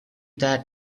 that